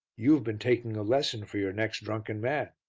you have been taking a lesson for your next drunken man.